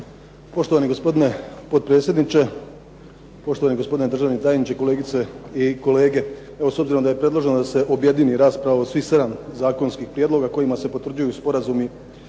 Poštovani gospodine potpredsjedniče, poštovani gospodine državni tajniče, kolegice i kolege. Evo s obzirom da je predloženo da se objedini rasprava o svih sedam zakonskih prijedloga kojima se potvrđuju sporazumi